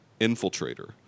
infiltrator